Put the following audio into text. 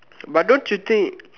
but don't you think